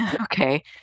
okay